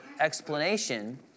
explanation